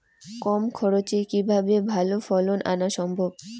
কম খরচে কিভাবে ভালো ফলন আনা সম্ভব?